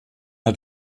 hat